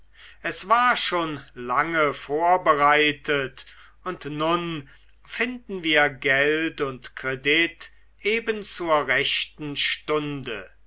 es war schon lange vorbereitet und nun finden wir geld und kredit eben zur rechten stunde